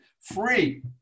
free